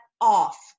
off